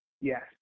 Yes